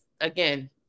again